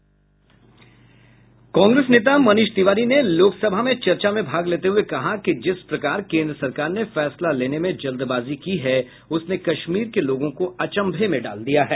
कांग्रेस नेता मनीष तिवारी ने लोकसभा में चर्चा में भाग लेते हुए कहा कि जिस प्रकार केन्द्र सरकार ने फैसला लेने में जल्दबाजी की है उसने कश्मीर के लोगों को अचम्भे में डाल दिया है